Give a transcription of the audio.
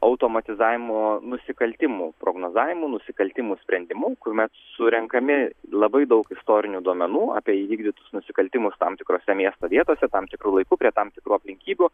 automatizavimu nusikaltimų prognozavimu nusikaltimų sprendimų kuomet surenkami labai daug istorinių duomenų apie įvykdytus nusikaltimus tam tikrose miesto vietose tam tikru laiku prie tam tikrų aplinkybių